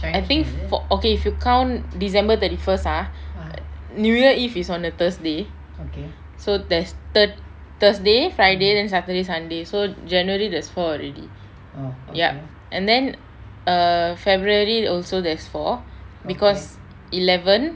I think for okay if you count december thirty first ah new year eve is on a thursday so there's thursday friday then saturday sunday so january that's four already ya and then err february also there's four because eleven